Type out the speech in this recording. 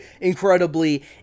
incredibly